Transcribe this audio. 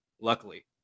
luckily